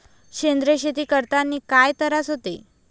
सेंद्रिय शेती करतांनी काय तरास होते?